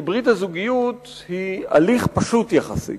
שברית הזוגיות היא "הליך פשוט יחסית".